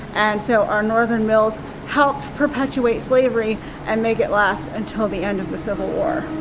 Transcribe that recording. and so our northern mills helped perpetuate slavery and make it last until the end of the civil war.